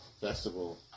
festival